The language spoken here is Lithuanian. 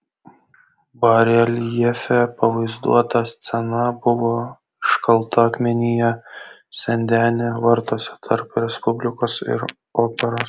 bareljefe pavaizduota scena buvo iškalta akmenyje sen deni vartuose tarp respublikos ir operos